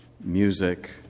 music